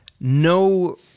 no